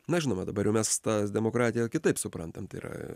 na žinoma dabar jau mes tą demokratiją kitaip suprantam tai yra